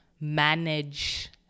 manage